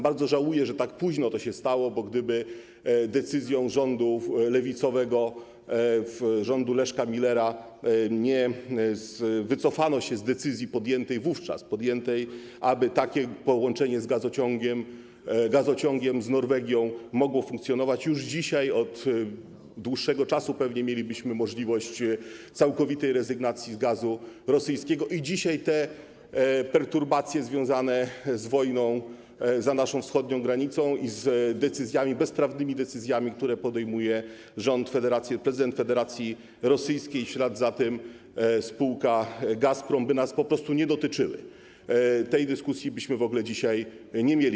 Bardzo żałuję, że tak późno to się stało, bo gdyby decyzją rządu lewicowego, rządu Leszka Millera, nie wycofano się z decyzji podjętej wówczas, aby takie połączenie gazociągiem z Norwegią mogło funkcjonować, już dzisiaj, od dłuższego czasu pewnie, mielibyśmy możliwość całkowitej rezygnacji z gazu rosyjskiego i te perturbacje związane z wojną za naszą wschodnią granicą i z decyzjami, bezprawnymi decyzjami, które podejmuje rząd Federacji Rosyjskiej, prezydent Federacji Rosyjskiej, a w ślad za tym spółka Gazprom, by nas po prostu nie dotyczyły, tej dyskusji byśmy w ogóle dzisiaj nie prowadzili.